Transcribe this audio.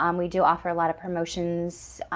um we do offer a lot of promotions